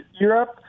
Europe